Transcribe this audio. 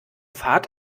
fahrt